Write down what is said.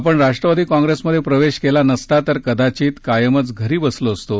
आपण राष्ट्रवादी काँग्रेसमधे प्रवेश केला नसता तर कदाचित कायमच घरी बसलो असतो